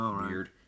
weird